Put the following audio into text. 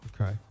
Okay